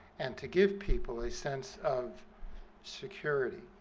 and to give people a sense of security